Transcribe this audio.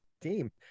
team